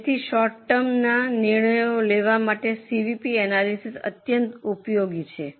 તેથી શોર્ટ ટર્મના નિર્ણય લેવા માટે સીવીપી એનાલિસિસ અત્યંત ઉપયોગી છે